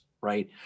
right